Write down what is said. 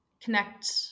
connect